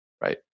right